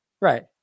Right